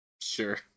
sure